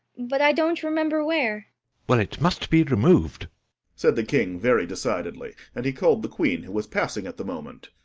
but i don't remember where well, it must be removed said the king very decidedly, and he called the queen, who was passing at the moment,